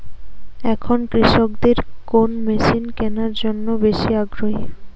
এখন কৃষকদের কোন মেশিন কেনার জন্য বেশি আগ্রহী?